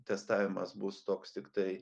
testavimas bus toks tiktai